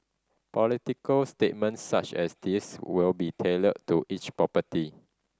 political statements such as these will be tailored to each property